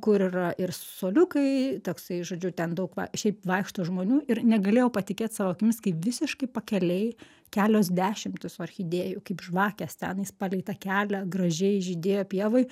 kur yra ir suoliukai toksai žodžiu ten daug va šiaip vaikšto žmonių ir negalėjau patikėt savo akimis kai visiškai pakelėj kelios dešimtys orchidėjų kaip žvakės tenais palei tą kelią gražiai žydėjo pievoj